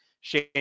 shane